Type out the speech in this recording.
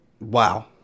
Wow